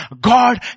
God